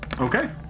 Okay